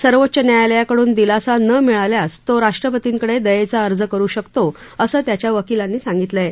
सर्वोच्च न्यायालयाकडून दिलासा न मिळाल्यास तो राष्ट्रपर्तींकडे दयेचा अर्ज करु शकतो असं त्याच्या वकिलांनी सांगितलं आहे